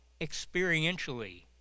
experientially